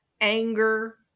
anger